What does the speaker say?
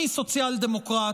אני סוציאל-דמוקרט.